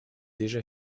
déjà